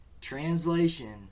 translation